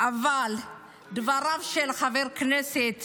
אבל דבריו של חבר הכנסת